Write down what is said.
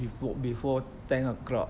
before ten o'clock